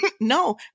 No